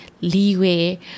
leeway